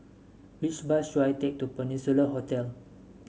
which bus should I take to Peninsula Hotel